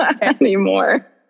anymore